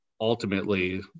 ultimately